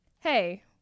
Hey